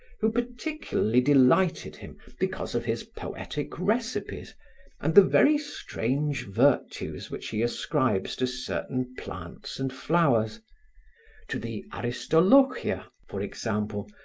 who particularly delighted him because of his poetic recipes and the very strange virtues which he ascribes to certain plants and flowers to the aristolochia, for example,